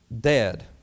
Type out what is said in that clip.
dead